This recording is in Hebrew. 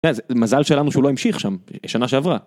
מזל שלנו שהוא לא המשיך שם שנה שעברה.